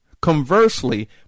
Conversely